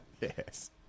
Yes